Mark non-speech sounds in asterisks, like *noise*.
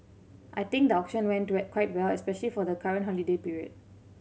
I think the auction went *unintelligible* quite well especially for the current holiday period